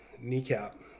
kneecap